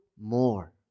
more